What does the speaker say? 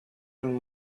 when